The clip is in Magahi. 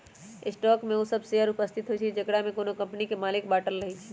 स्टॉक में उ सभ शेयर उपस्थित होइ छइ जेकरामे कोनो कम्पनी के मालिक बाटल रहै छइ